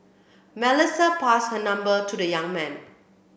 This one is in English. Melissa passed her number to the young man